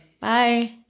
Bye